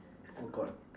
oh god